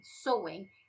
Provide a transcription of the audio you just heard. sewing